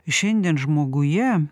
šiandien žmoguje